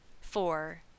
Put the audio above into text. Four